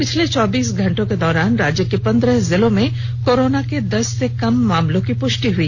पिछले चौबीस घंटो के दौरान राज्य के पंद्रह जिलों में कोरोना के दस से कम मामलों की पुष्टि हुई